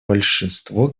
большинство